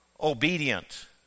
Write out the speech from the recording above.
obedient